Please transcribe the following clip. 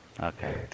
Okay